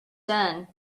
done